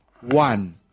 one